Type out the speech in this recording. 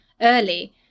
early